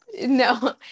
No